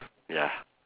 ya